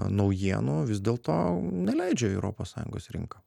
naujienų vis dėlto neleidžia į europos sąjungos rinką